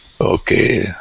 Okay